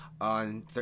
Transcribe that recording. on